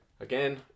again